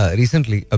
recently